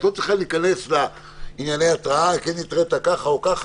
את לא צריכה להיכנס לענייני התראה של: כן התרית כך או כך,